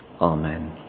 Amen